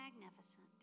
magnificent